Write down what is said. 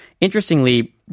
interestingly